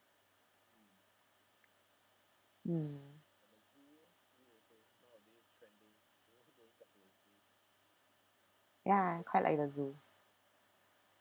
mm ya I quite like the zoo